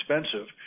expensive